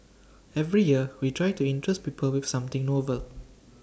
every year we try to interest people with something novel